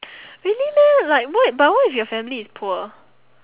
really meh like what but what if your family is poor